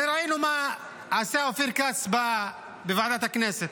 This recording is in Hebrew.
הרי ראינו מה עשה אופיר כץ בוועדת הכנסת.